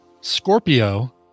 Scorpio